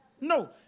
No